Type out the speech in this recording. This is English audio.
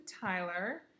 Tyler